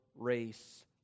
Race